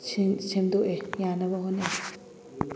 ꯁꯦꯝꯗꯣꯛꯑꯦ ꯌꯥꯅꯕ ꯍꯣꯠꯅꯩ